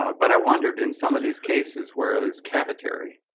but i wondered in some of these cases where this cavitary